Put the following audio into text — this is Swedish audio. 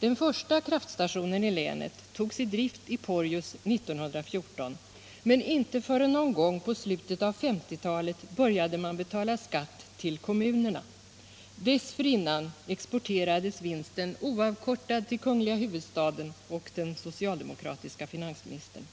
Den första kraftstationen i länet togs i drift i Porjus 1914, men inte förrän någon gång på slutet av 1950-talet började man betala skatt till kommunerna. Dessförinnan exporterades vinsten oavkortad till kungl. huvudstaden och den socialdemokratiske finansministern.